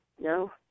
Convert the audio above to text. No